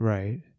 Right